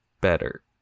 better